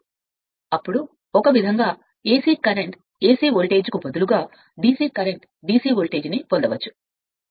కాబట్టి అప్పుడు కొన్ని యంత్రాంగం మీరు DC కరెంట్ అని పిలిచేదాన్ని AC కరెంట్కు బదులుగా పొందవచ్చు లేదా AC వోల్టేజ్ DC వోల్టేజ్ మరియు DC కరెంట్ను పొందుతుంది